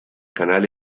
canal